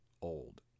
old